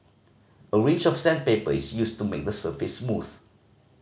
a range of sandpaper is used to make the surface smooth